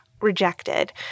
rejected